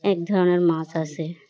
এক ধরনের মাছ আছে